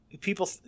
people